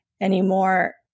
anymore